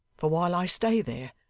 for while i stay there,